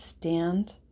Stand